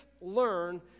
learn